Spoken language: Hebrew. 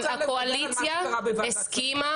הקואליציה הסכימה